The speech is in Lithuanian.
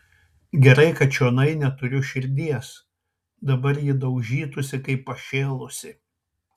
gerai kad čionai neturiu širdies dabar ji daužytųsi kaip pašėlusi